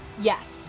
Yes